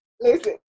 listen